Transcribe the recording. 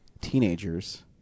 teenagers